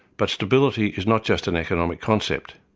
but stability is not just an economic concept,